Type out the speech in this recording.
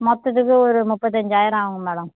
மற்றதுக்கு ஒரு முப்பத்தஞ்சாயிரம் ஆகும் மேடம்